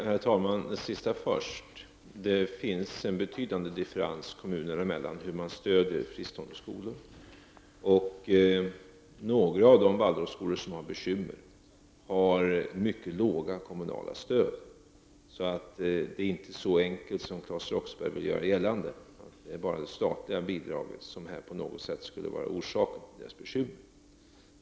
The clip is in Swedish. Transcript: Herr talman! Låt mig ta upp det sista först. Det finns en betydande differens kommuner emellan i vad gäller stödet till fristående skolor. Några av de Waldorfskolor som har bekymmer har mycket låga kommunala stöd. Det är alltså inte så enkelt som Claes Roxbergh vill göra gällande, att det är brister endast i det statliga bidraget som här på något sätt skulle vara orsaken till dessa skolors bekymmer.